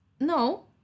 no